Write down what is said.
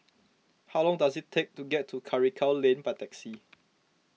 how long does it take to get to Karikal Lane by taxi